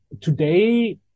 today